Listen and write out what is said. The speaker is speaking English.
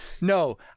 no